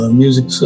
music